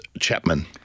Chapman